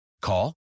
Call